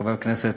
חבר הכנסת